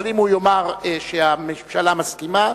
אבל אם הוא יאמר שהממשלה מסכימה,